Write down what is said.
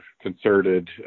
concerted